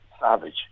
savage